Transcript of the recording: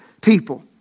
people